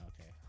okay